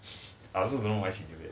also don't know why she do it